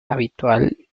habitual